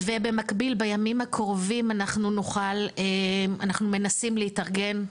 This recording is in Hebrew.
ובמקביל בימים הקרובים אנחנו מנסים להתארגן,